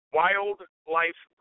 wildlife